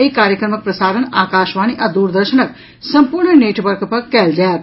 एहि कार्यक्रमक प्रसारण आकाशवाणी आ दूरदर्शनक सम्पूर्ण नेटवर्क पर कयल जायत